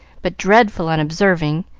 but dreadful unobserving,